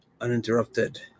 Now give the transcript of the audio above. Uninterrupted